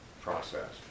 process